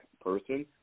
person